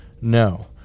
No